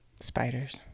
Spiders